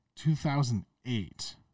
2008